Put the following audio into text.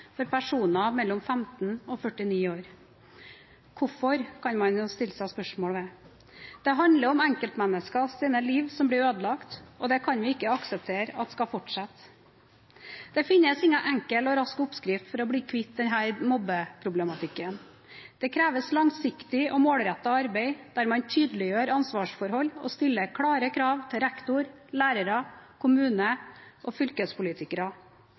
for personer mellom 15 år og 49 år. Hvorfor er det slik, kan man stille seg spørsmål om. Det handler om enkeltmenneskers liv som blir ødelagt, og dette kan vi ikke akseptere at skal fortsette. Det finnes ingen enkel og rask oppskrift for å bli kvitt mobbeproblematikken. Det kreves langsiktig og målrettet arbeid, der man tydeliggjør ansvarsforhold og stiller klare krav til rektor, lærere, kommunepolitikere og fylkespolitikere.